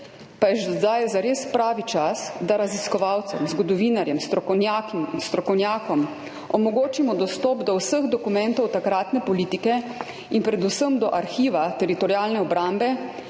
pa je že zdaj zares pravi čas, da raziskovalcem, zgodovinarjem, strokovnjakom omogočimo dostop do vseh dokumentov takratne politike in predvsem do arhiva Teritorialne obrambe,